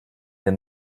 der